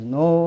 no